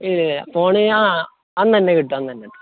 ഇത് ഫോണ് ആ അന്നന്നെ കിട്ടും അന്നന്നെ